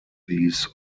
these